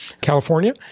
California